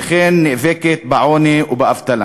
וכן היא נאבקת בעוני ובאבטלה.